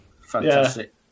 Fantastic